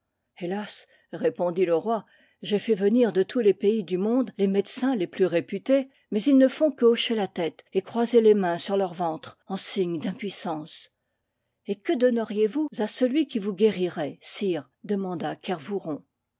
hélas répondit le roi j'ai fait venir de tous les pays du monde les médecins les plus réputés mais ils ne font que hocher la tête et croiser les mains sur leur ventre en signe d'impuissance et que donneriez-vous à celui qui vous guérirait sire demanda